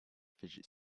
fidget